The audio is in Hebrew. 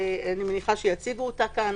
שאני מניחה שיציגו אותה פה,